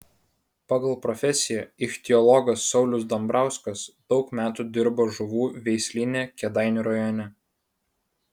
pagal profesiją ichtiologas saulius dambrauskas daug metų dirbo žuvų veislyne kėdainių rajone